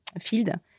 field